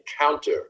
encounter